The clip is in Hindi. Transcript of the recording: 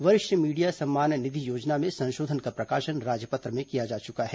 वरिष्ठ मीडिया सम्मान निधि योजना में संशोधन का प्रकाशन राजपत्र में किया जा चुका है